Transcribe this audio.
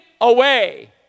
away